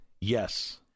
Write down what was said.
Yes